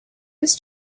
his